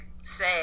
say